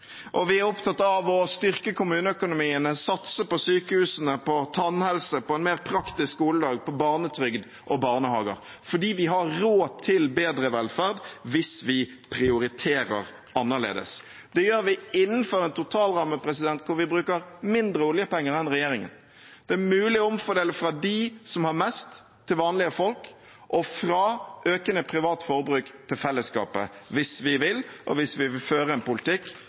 tannregulering. Vi er opptatt av å styrke kommuneøkonomien, satse på sykehusene, på tannhelse, på en mer praktisk skoledag, på barnetrygd og på barnehager, fordi vi har råd til bedre velferd hvis vi prioriterer annerledes. Det gjør vi innenfor en totalramme hvor vi bruker færre oljepenger enn regjeringen. Det er mulig å omfordele fra dem som har mest, til vanlige folk, og fra økende privat forbruk til fellesskapet – hvis vi vil, og hvis vi vil føre en politikk